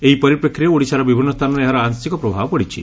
ଏହି ପରିପ୍ରେକ୍ଷୀରେ ଓଡ଼ିଶାର ବିଭିନ୍ନ ସ୍ଥାନରେ ଏହାର ଆଂଶିକ ପ୍ରଭାବ ପଡ଼ିଛି